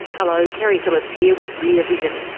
hello, keri phillips here with rear vision.